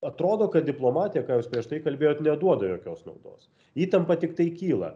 atrodo kad diplomatija ką jūs prieš tai kalbėjot neduoda jokios naudos įtampa tiktai kyla